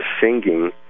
singing